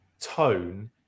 tone